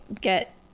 get